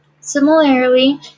Similarly